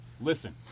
listen